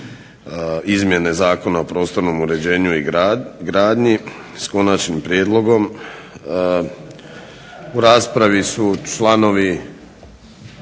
izmjene Zakona o prostornom uređenju i gradnji s konačnim prijedlogom. U raspravi su članovi